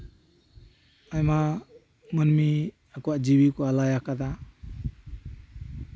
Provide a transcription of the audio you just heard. ᱟᱭᱢᱟ ᱢᱟᱹᱱᱢᱤ ᱟᱵᱚᱣᱟᱜ ᱡᱤᱣᱤ ᱠᱚ ᱟᱞᱟᱭ ᱟᱠᱟᱫᱟ